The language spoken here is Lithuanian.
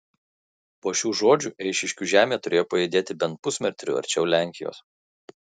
po šių žodžių eišiškių žemė turėjo pajudėti bent pusmetriu arčiau lenkijos